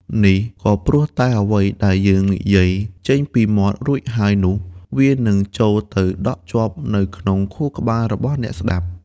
នេះក៏ព្រោះតែអ្វីដែលយើងនិយាយចេញពីមាត់រួចហើយនោះ វានឹងចូលទៅដក់ជាប់នៅក្នុងខួរក្បាលរបស់អ្នកស្តាប់។